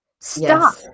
Stop